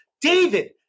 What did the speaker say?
David